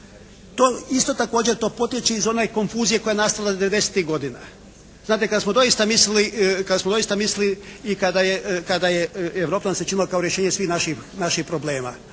To, isto također to potječe iz one konfuzije koja je nastala 90-tih godina. Znate kad smo doista mislili i kada je Europa nam se činila kao rješenje svih naših problema,